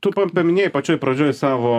tu pa paminėjai pačioj pradžioj savo